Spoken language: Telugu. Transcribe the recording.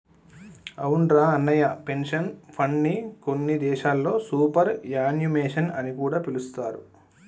అవునురా అన్నయ్య పెన్షన్ ఫండ్ని కొన్ని దేశాల్లో సూపర్ యాన్యుమేషన్ అని కూడా పిలుస్తారు